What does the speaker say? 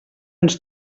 ens